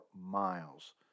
miles